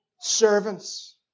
Servants